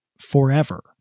forever